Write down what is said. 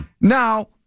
Now